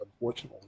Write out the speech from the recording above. unfortunately